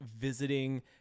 visiting